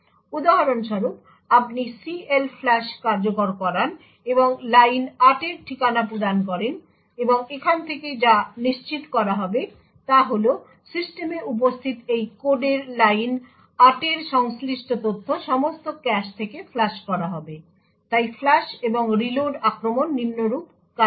উদাহরণস্বরূপ আপনি CLFLUSH কার্যকর করান এবং লাইন 8 এর ঠিকানা প্রদান করেন এবং এখান থেকে যা নিশ্চিত করা হবে তা হল সিস্টেমে উপস্থিত এই কোডের লাইন 8 এর সংশ্লিষ্ট তথ্য সমস্ত ক্যাশ থেকে ফ্লাশ করা হবে তাই ফ্লাশ এবং রিলোড আক্রমণ নিম্নরূপ কাজ করে